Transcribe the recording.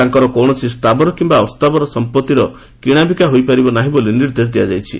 ତାଙ୍କର କୌଣସି ସ୍ଥାବର କିମ୍ବା ଅସ୍ଥାବର ସମ୍ପଭିର ବିକାକିଣା ହୋଇପାରିବ ନାହିଁ ବୋଲି ନିର୍ଦ୍ଦେଶ ଦିଆଯାଇଛି